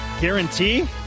Guarantee